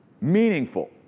meaningful